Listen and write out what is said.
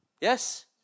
Yes